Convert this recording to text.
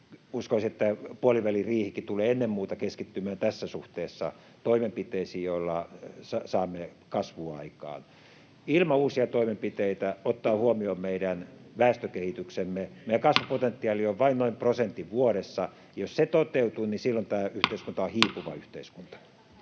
uskoisin, että puoliväliriihikin tulee ennen muuta keskittymään tässä suhteessa toimenpiteisiin, joilla saamme kasvua aikaan. Ilman uusia toimenpiteitä, ottaen huomioon meidän väestökehityksemme, meidän kasvupotentiaali on vain noin prosentin vuodessa, ja jos se toteutuu, silloin tämä yhteiskunta on hiipuva yhteiskunta.